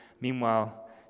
Meanwhile